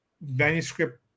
manuscript